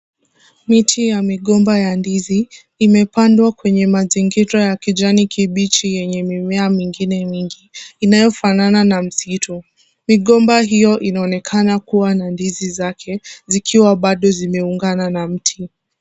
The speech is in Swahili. Miti ya migomba ya ndizi, imepandwa kwenye mazingira ya kijani kibichi yenye mimea mingine mingi inayofanana na msitu. Migomba hiyo inaonekana kuwa na ndizi zake zikiwa bado zimeungana na mti.